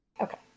Okay